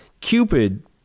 Cupid